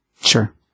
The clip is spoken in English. sure